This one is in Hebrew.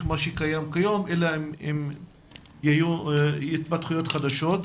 במה שקיים כיום אלא אם יהיו התפתחויות חדשות.